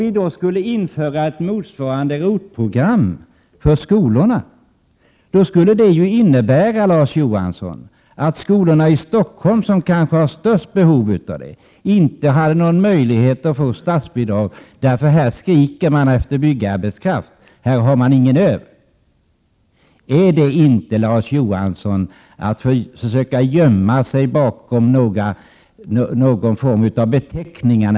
Om vi skulle införa ett motsvarande ROT-program för skolorna skulle det innebära, Larz Johansson, att skolorna i Stockholm som kanske harstörst behov av det inte hade någon möjlighet att få statsbidrag, därför att här skriker man efter byggarbetskraft, här har man ingen sådan arbetskraft över. Är inte detta, Larz Johansson, att försöka gömma sig bakom någon form av beteckningar?